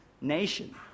nation